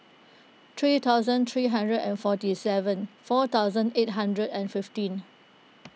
three thousand three hundred and forty seven four thousand eight hundred and fifteen